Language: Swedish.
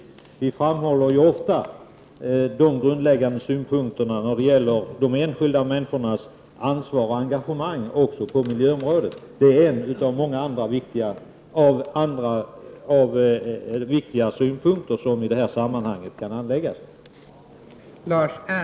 Vi moderater framhåller ofta våra grundläggande synpunkter när det gäller de enskilda människornas ansvar och engagemang också på miljöområdet. Det är en av många viktiga synpunkter som kan anläggas i detta sammanhang.